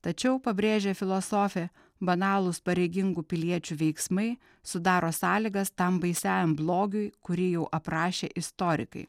tačiau pabrėžia filosofė banalūs pareigingų piliečių veiksmai sudaro sąlygas tam baisiąjam blogiui kurį jau aprašė istorikai